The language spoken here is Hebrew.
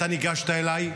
אתה ניגשת אליי,